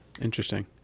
Interesting